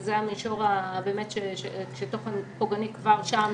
וזה המישור כאשר תוכן פוגעני כבר שם